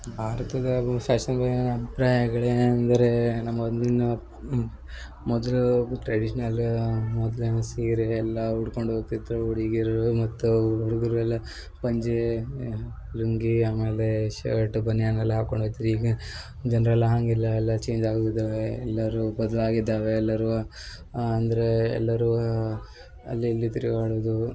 ಭಾರತದ ಫ್ಯಾಷನ್ ಅಭಿಪ್ರಾಯಗಳ್ ಏನಂದರೇ ನಮ್ಮ ಮೊದಲಿನ ಮೊದಲು ಟ್ರೇಡಿಷ್ನಲ್ಲೂ ಮೊದಲು ಸೀರೆ ಎಲ್ಲಾ ಉಡ್ಕೊಂಡು ಹೋಗ್ತಿದ್ರು ಹುಡುಗ್ಯರೂ ಮತ್ತು ಹುಡುಗರು ಎಲ್ಲಾ ಪಂಚೇ ಲುಂಗಿ ಆಮೇಲೇ ಶರ್ಟ್ ಬನ್ಯಾನ್ ಎಲ್ಲ ಹಾಕೊಂಡು ಹೋಯ್ತಿದ್ರ್ ಈಗ ಜನರೆಲ್ಲ ಹಾಗಿಲ್ಲ ಎಲ್ಲಾ ಚೇಂಜ್ ಆಗಿ ಹೋಗಿದ್ದವೆ ಎಲ್ಲರೂ ಬದಲಾಗಿದ್ದವೆ ಎಲ್ಲರೂ ಅಂದರೆ ಎಲ್ಲರೂ ಅಲ್ಲಿ ಇಲ್ಲಿ ತಿರ್ಗಾಡೋದು